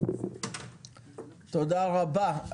תודה רבה.